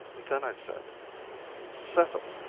then i said settle,